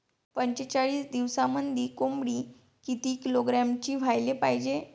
पंचेचाळीस दिवसामंदी कोंबडी किती किलोग्रॅमची व्हायले पाहीजे?